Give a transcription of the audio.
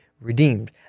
redeemed